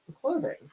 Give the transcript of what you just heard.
clothing